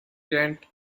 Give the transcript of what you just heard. kent